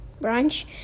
brunch